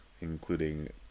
including